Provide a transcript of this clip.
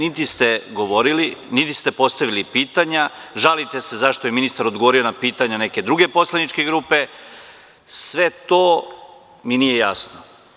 Niti ste govorili, niti ste postavili pitanja, žalite se zašto je ministar odgovorio na pitanja neke druge poslaničke grupe, sve to mi nije jasno.